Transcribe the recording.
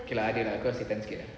okay lah kau setan sikit